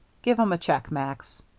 give him a check, max.